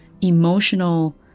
emotional